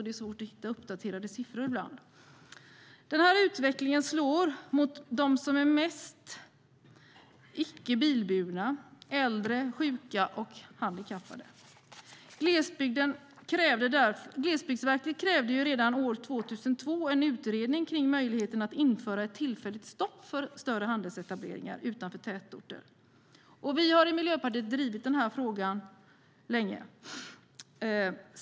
Det är svårt att hitta uppdaterade siffror i dag. Denna utveckling slår mest mot dem som är icke bilburna - äldre, sjuka och handikappade. Glesbygdsverket krävde redan år 2002 en utredning av möjligheten att införa ett tillfälligt stopp för större handelsetableringar utanför tätorter. Vi i Miljöpartiet har drivit frågan länge.